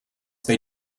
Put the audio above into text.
they